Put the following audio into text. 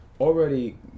already